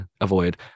avoid